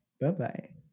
Bye-bye